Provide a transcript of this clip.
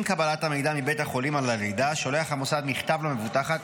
עם קבלת המידע מבית החולים על הלידה שולח המוסד מכתב למבוטחת,